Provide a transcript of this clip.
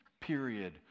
period